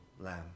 lamb